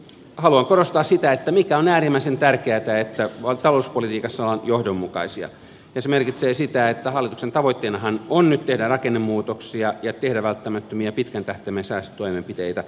haluan korostaa sitä mikä on äärimmäisen tärkeätä että talouspolitiikassa ollaan nyt johdonmukaisia ja se merkitsee sitä että hallituksen tavoitteenahan on nyt tehdä rakennemuutoksia ja tehdä välttämättömiä pitkän tähtäimen säästötoimenpiteitä